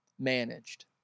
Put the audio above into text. managed